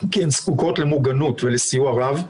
כי הן זקוקות למוגנות ולסיוע רב,